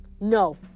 No